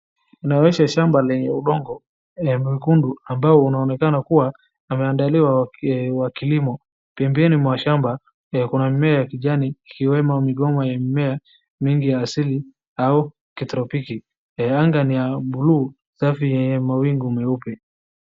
Shamba lenye udongo mwekundu ambao unaonekana umeandaliwa wakilimo. Pembeni mwa shamba kuna mimea ya kijani ikiwemo migomba ya mimea mingi ya asili au kitropiki. Anga ni ya bluu safi yenye mawingu meupe.